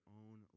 own